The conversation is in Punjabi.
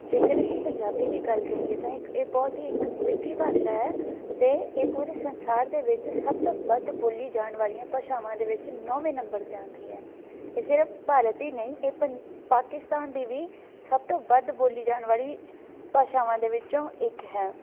ਜੇਕਰ ਅਸੀਂ ਪੰਜਾਬੀ ਦੀ ਗੱਲ ਕਰੀਏ ਤਾਂ ਇੱਕ ਇਹ ਬਹੁਤ ਹੀ ਇੱਕ ਮਿੱਠੀ ਭਾਸ਼ਾ ਹੈ ਅਤੇ ਇਹ ਪੂਰੇ ਸੰਸਾਰ ਦੇ ਵਿੱਚ ਸਭ ਤੋਂ ਵੱਧ ਬੋਲੀ ਜਾਣ ਵਾਲੀਆਂ ਭਾਸ਼ਾਵਾਂ ਦੇ ਵਿੱਚ ਨੌਵੇਂ ਨੰਬਰ 'ਤੇ ਆਉਂਦੀ ਹੈ ਇਹ ਸਿਰਫ ਭਾਰਤ ਹੀ ਨਹੀਂ ਇਹ ਪੰ ਪਾਕਿਸਤਾਨ ਦੇ ਵੀ ਸਭ ਤੋਂ ਵੱਧ ਬੋਲੀ ਜਾਣ ਵਾਲੀ ਭਾਸ਼ਾਵਾਂ ਦੇ ਵਿੱਚੋਂ ਇੱਕ ਹੈ